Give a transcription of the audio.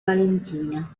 valentina